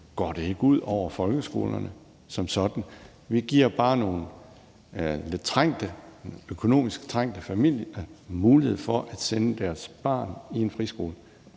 går det ikke ud over folkeskolerne som sådan. Vi giver bare nogle lidt økonomisk trængte familier mulighed for at sende deres barn i en friskole.